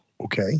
Okay